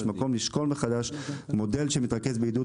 יש מקום לשקול מחדש מודל שמתרכז בעידוד